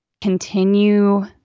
continue